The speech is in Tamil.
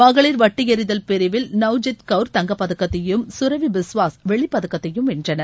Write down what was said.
மகளிர் வட்டு எநிதல் பிரிவில் நவ்ஜீத் கவுர் தங்கப்பதக்கத்தையும் கரவி பிஸ்வாஸ் வெள்ளிப்பதக்கத்தையும் வென்றனர்